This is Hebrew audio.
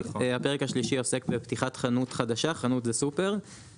הפרק השלישי עוסק בפתיחת חנות חדשה חנות זה סופר,